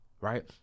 Right